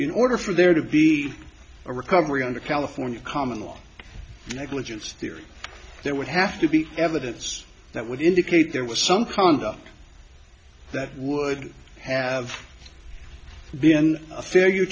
in order for there to be a recovery under california common law negligence theory there would have to be evidence that would indicate there was some conduct that would have been a failure